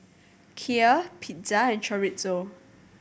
Kheer Pizza and Chorizo